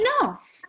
enough